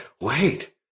wait